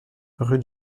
rue